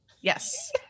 Yes